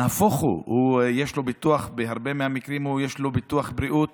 נהפוך הוא, בהרבה מהמקרים יש לו ביטוח בריאות